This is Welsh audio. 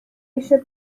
eisiau